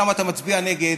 למה אתה מצביע נגד?